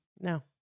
No